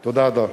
תודה, אדון.